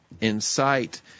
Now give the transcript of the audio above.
incite